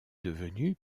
devenu